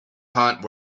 hunt